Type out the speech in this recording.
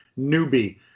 newbie